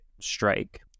strike